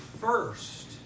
first